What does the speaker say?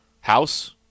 House